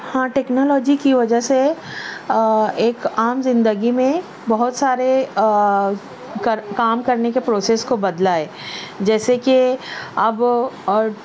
ہاں ٹیکنالوجی کی وجہ سے اور ایک عام زندگی میں بہت سارے کر کام کرنے کے پروسیز کو بدلا ہے جیسے کہ اب اور